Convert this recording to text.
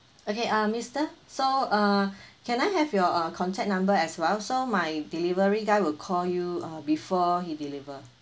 okay uh mister so uh can I have your uh contact number as well so my delivery guy will call you uh before he deliver